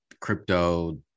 crypto